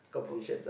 oh